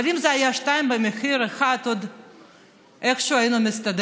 אבל אם זה היה שניים במחיר אחד איכשהו עוד היינו מסתדרים.